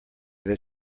that